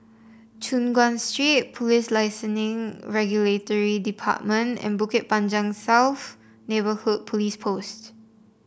Choon Guan Street Police Licensing Regulatory Department and Bukit Panjang South Neighbourhood Police Post